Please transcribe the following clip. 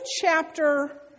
chapter